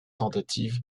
tentative